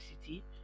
city